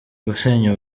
gusenya